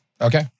Okay